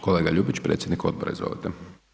Kolega Ljubić predsjednik odbora, izvolite.